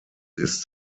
ist